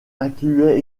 incluait